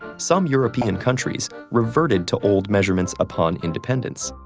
some european countries reverted to old measurements upon independence.